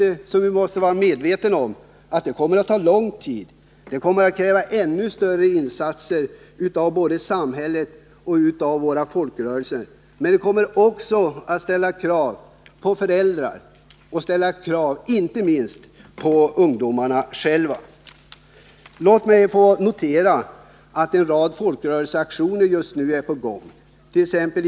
Vi måste vara medvetna om att det arbetet kommer att ta lång tid och kräva ännu större insatser av både samhället och folkrörelserna. Men det kommer också att ställa krav på föräldrarna och inte minst på ungdomarna själva. Låt mig notera att en rad folkrörelseaktioner just nu är på gång —t.ex.